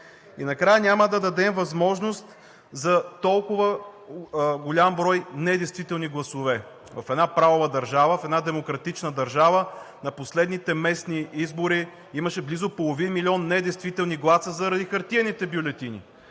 И накрая – няма да дадем възможности за толкова голям брой недействителни гласове. В една правова държава, в една демократична държава на последните местни избори имаше близо половин милион недействителни гласа заради хартиените бюлетини.